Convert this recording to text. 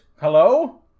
Hello